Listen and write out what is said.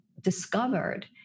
discovered